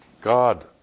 God